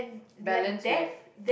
balance with